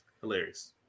Hilarious